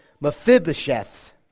Mephibosheth